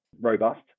robust